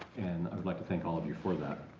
and i would like to thank all of you for that.